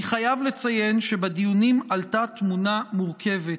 אני חייב לציין שבדיונים עלתה תמונה מורכבת.